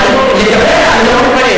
לגביך אני לא מתפלא,